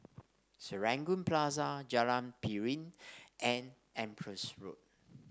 Serangoon Plaza Jalan Piring and Empress Road